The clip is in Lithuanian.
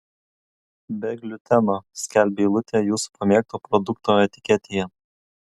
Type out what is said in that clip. be gliuteno skelbia eilutė jūsų pamėgto produkto etiketėje